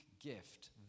gift